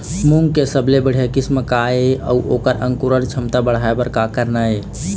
मूंग के सबले बढ़िया किस्म का ये अऊ ओकर अंकुरण क्षमता बढ़ाये बर का करना ये?